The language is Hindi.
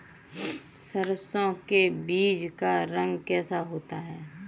सरसों के बीज का रंग कैसा होता है?